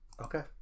Okay